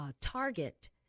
target